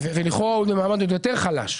ולכאורה הוא במעמד יותר חלש.